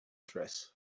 dress